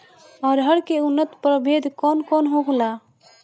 अरहर के उन्नत प्रभेद कौन कौनहोला?